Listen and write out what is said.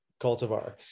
cultivar